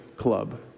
club